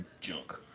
junk